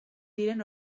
diren